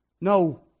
No